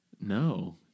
No